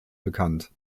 bekannt